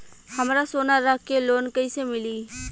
हमरा सोना रख के लोन कईसे मिली?